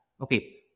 Okay